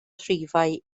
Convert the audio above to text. rhifau